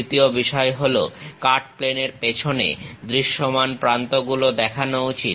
দ্বিতীয় বিষয় হলো কাট প্লেনের পেছনে দৃশ্যমান প্রান্তগুলো দেখানো উচিত